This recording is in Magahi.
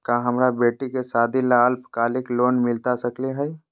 का हमरा बेटी के सादी ला अल्पकालिक लोन मिलता सकली हई?